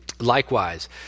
Likewise